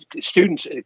students